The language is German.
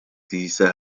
diese